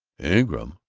ingram?